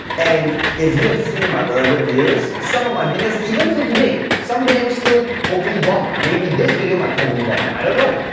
and if you have seen my earlier videos, some of my videos even till today, some videos still totally bomb. maybe this video might totally bomb, i don't know.